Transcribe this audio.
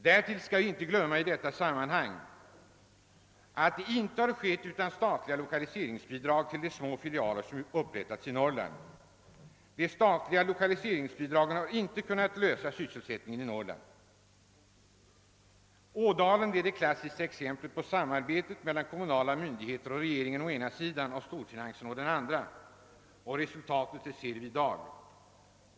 Det skall inte glömmas i detta sammanhang att detta inte har skett utan statliga lokaliseringsbidrag till de små filialer som upprättats i Norrland. De statliga lokaliseringsbidragen har inte kunnat lösa sysselsättningen i Norrland. Ådalen har blivit det klassiska exemplet på samarbetet mellan kommunala myndigheter och regeringen å ena sidan och storfinansen å den andra. Resultatet ser vi i dag.